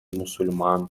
мусульман